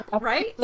right